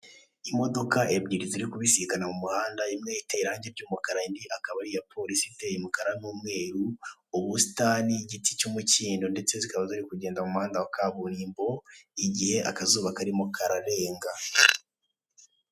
Imodoka ebyiri ziri kubisikana imwe iteye irange ry'umukara indi akaba ari iya polisi iteye umukara n'umweru, ubusitani, igiti cy'umukindo ndetse zikaba ziri kugenda mu muhanda wa kaburimbo igihe akazuba karimo kararenga.